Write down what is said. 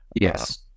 Yes